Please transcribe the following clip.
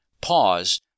pause